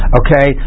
okay